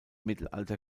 mittelalter